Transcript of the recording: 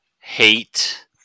hate